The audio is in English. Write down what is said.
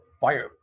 Fire